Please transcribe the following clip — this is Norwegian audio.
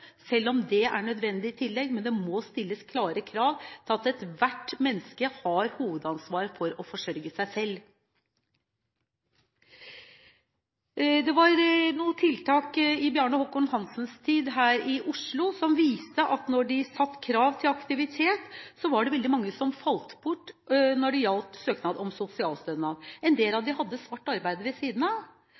selv om det er nødvendige tillegg. Det må stilles klare krav til at ethvert menneske har hovedansvaret for å forsørge seg selv. Det var noen tiltak her i Oslo i Bjarne Håkon Hanssens tid som viste at når det ble satt krav til aktivitet, var det veldig mange som falt bort når det gjaldt søknad om sosialstønad. En del av dem hadde svart arbeid ved siden av,